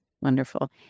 Wonderful